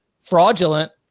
fraudulent